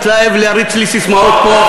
להתלהב ולהריץ לי ססמאות פה,